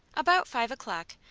about five o'clock,